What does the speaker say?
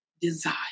desire